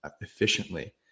efficiently